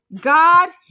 God